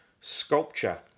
sculpture